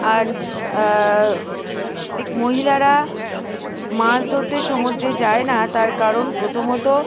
আর মহিলারা মাছ ধরতে সমুদ্রে যায় না তার কারণ প্রথমত